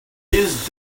his